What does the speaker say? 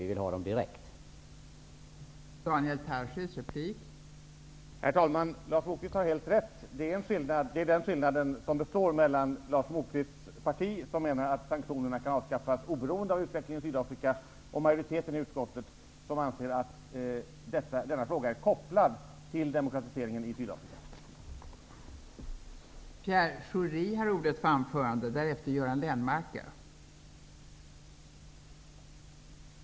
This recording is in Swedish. Vi vill att de skall avskaffas direkt.